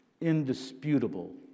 indisputable